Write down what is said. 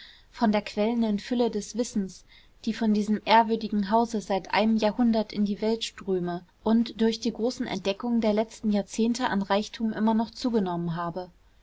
von der quellenden fülle des wissens die von diesem ehrwürdigen hause seit einem jahrhundert in die welt ströme und durch die großen entdeckungen der letzten jahrzehnte an reichtum immer noch zugenommen habe